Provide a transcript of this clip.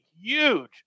huge